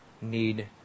need